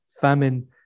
famine